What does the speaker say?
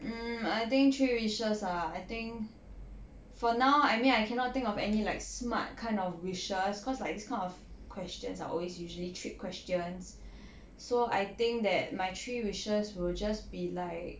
mm I think three wishes ah I think for now I mean I cannot think of any like smart kind of wishes cause like this kind of questions are always usually trick questions so I think that my three wishes will just be like